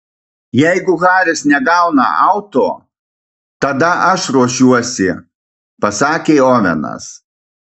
jeigu haris negauna auto tada aš ruošiuosi pasakė ovenas